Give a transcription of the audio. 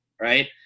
right